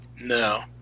No